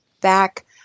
back